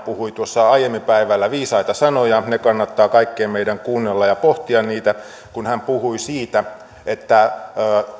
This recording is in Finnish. puhui aiemmin päivällä viisaita sanoja ne kannattaa kaikkien meidän kuunnella ja pohtia niitä kun hän puhui siitä että